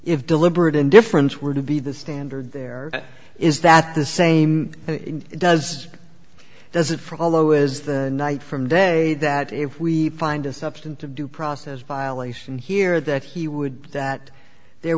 if deliberate indifference were to be the standard there is that the same does does it for hollow is the night from day that if we find a substantive due process violation here that he would that there